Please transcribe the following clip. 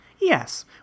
Yes